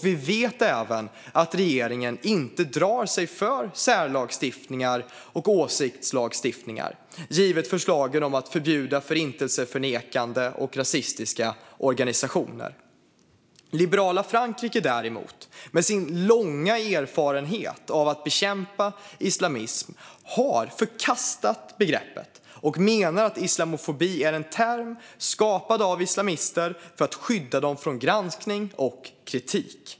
Vi vet även att regeringen inte drar sig för särlagstiftningar och åsiktslagstiftningar, givet förslagen om att förbjuda förintelseförnekande och rasistiska organisationer. Liberala Frankrike, däremot, med sin långa erfarenhet av att bekämpa islamism, har förkastat begreppet och menar att islamofobi är en term skapad av islamister för att skydda dem från granskning och kritik.